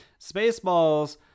Spaceballs